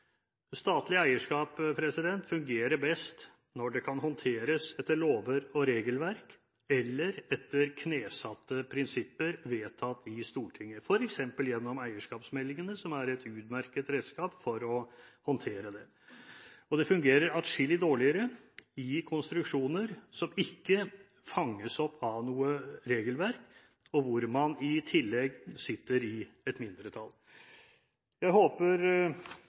Statlig eierskap fungerer best når det kan håndteres etter lover og regelverk eller etter knesatte prinsipper vedtatt i Stortinget – f.eks. gjennom eierskapsmeldingene som er et utmerket redskap for å håndtere det. Og det fungerer adskillig dårligere i konstruksjoner som ikke fanges opp av noe regelverk, og hvor man i tillegg sitter i et mindretall. Jeg håper